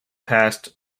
passed